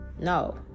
no